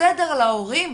סדר להורים.